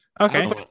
Okay